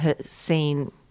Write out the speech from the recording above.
seen